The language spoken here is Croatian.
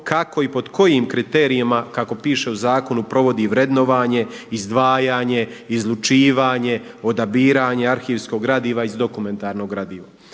kako i pod kojim kriterijima kako piše u zakonu provodi vrednovanje, izdvajanje, izlučivanje, odabiranje arhivskog gradiva iz dokumentarno gradivo.